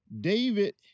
David